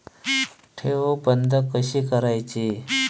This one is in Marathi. ठेव बंद कशी करायची?